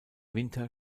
winter